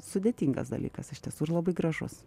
sudėtingas dalykas iš tiesų ir labai gražus